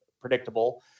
predictable